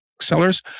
sellers